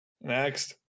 Next